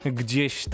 gdzieś